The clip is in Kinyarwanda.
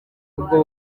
ubwo